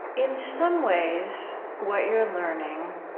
in some ways, what you are learning